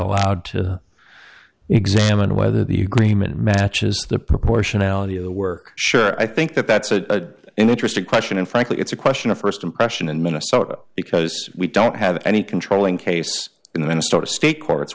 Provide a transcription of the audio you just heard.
allowed to examine whether the agreement matches the proportionality of the work sure i think that that's a interesting question and frankly it's a question of st impression in minnesota because we don't have any controlling case in the minnesota state courts